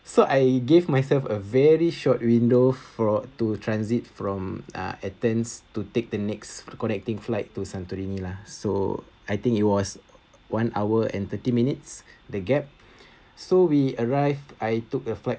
so I gave myself a very short window fro~ to transit from uh athens to take the next connecting flight to santorini lah so I think it was one hour and thirty minutes the gap so we arrived I took the flight